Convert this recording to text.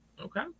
Okay